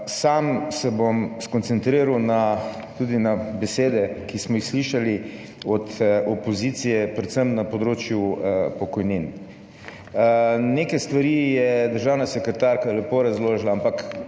Sam se bom skoncentriral tudi na besede, ki smo jih slišali od opozicije predvsem na področju pokojnin. Nekaj stvari je državna sekretarka lepo razložila, ampak